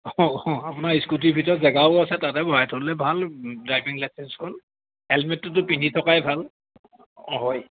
অ অ আপোনাৰ স্কুটিৰ ভিতৰত জেগাও আছে তাতে ভৰাই থ'লে ভাল ডাইভিং লাইচেঞ্চখন হেলমেটটোতো পিন্ধি থকাই ভাল অ হয়